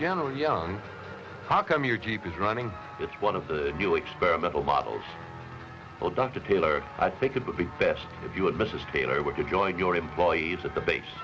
general young how come your jeep is running it's one of the new experimental models for dr taylor i think it would be best if you and mrs taylor we could join your employees at the base